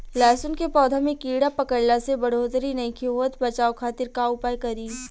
लहसुन के पौधा में कीड़ा पकड़ला से बढ़ोतरी नईखे होत बचाव खातिर का उपाय करी?